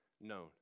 known